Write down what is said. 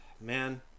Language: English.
Man